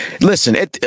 listen